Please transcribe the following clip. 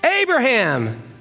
Abraham